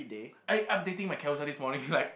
I I'm updating my Carousell this morning like